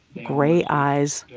gray eyes,